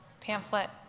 pamphlet